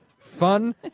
fun